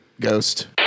ghost